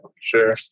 Sure